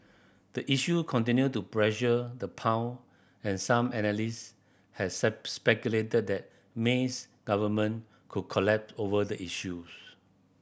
the issue continue to pressure the pound and some analyst has speculated that May's government could collapse over the issue